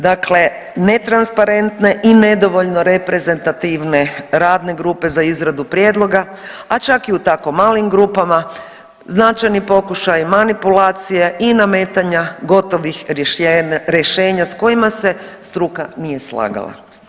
Dakle, netransparentne i nedovoljno reprezentativne radne grupe za izradu prijedloga, a čak i u tako malim grupama značajni pokušaji manipulacije i nametanja gotovih rješenja sa kojima se struka nije slagala.